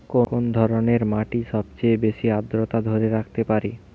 কোন ধরনের মাটি সবচেয়ে বেশি আর্দ্রতা ধরে রাখতে পারে?